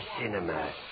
cinema